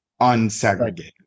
unsegregated